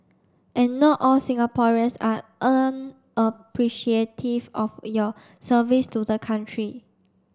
and not all Singaporeans are unappreciative of your service to the country